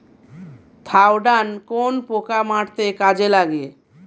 Thiodan কোন পোকা মারতে কাজে লাগে?